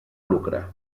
lucre